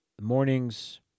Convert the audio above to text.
mornings